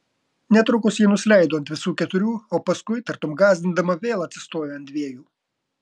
netrukus ji nusileido ant visų keturių o paskui tartum gąsdindama vėl atsistojo ant dviejų